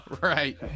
Right